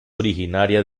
originaria